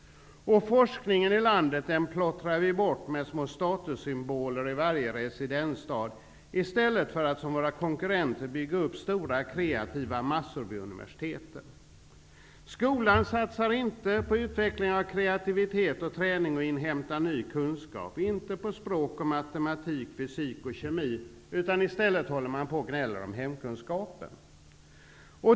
Forskningen i landet plottrar vi bort med små statussymboler i varje residensstad i stället för att som våra konkurrenter bygga upp stora kreativa centra vid universiteten. Skolan satsar inte på utveckling av kreativitet, träning och inhämtande av ny kunskap. Den satsar inte på språk, matematik, fysik och kemi, utan i stället håller man på att gnälla om hemkunskapen.